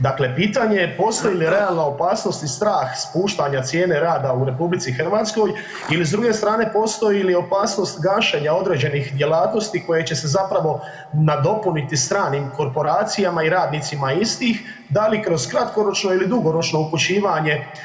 Dakle, pitanje je postoji li realna opasnost i strah spuštanja cijene rada u RH ili s druge strane postoji li opasnost gašenja određenih djelatnosti koje će se zapravo nadopuniti stranim korporacijama i radnicima istih, da li kroz kratkoročno ili dugoročno upućivanje.